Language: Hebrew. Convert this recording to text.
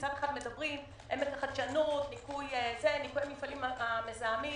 מצד אחד מדברים חדשנות, ניקוי המפעלים המזהמים.